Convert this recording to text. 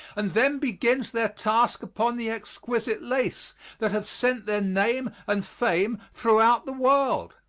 and then begins their task upon the exquisite laces that have sent their name and fame throughout the world.